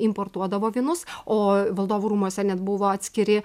importuodavo vynus o valdovų rūmuose net buvo atskiri